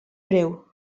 breu